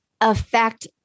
affect